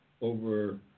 over